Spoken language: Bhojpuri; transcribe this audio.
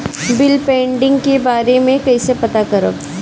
बिल पेंडींग के बारे में कईसे पता करब?